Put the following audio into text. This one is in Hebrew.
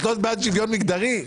את לא בעד שוויון מגדרי?